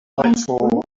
nightfall